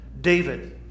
David